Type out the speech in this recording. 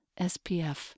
SPF